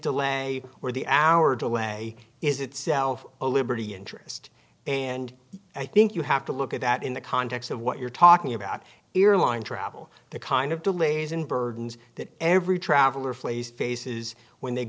delay or the hour delay is itself a liberty interest and i think you have to look at that in the context of what you're talking about airline travel the kind of delays and burdens that every traveler flays faces when they